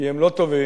כי הם לא טובים,